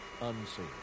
unseen